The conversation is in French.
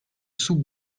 sous